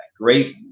Great